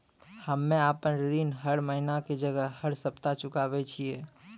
हम्मे आपन ऋण हर महीना के जगह हर सप्ताह चुकाबै छिये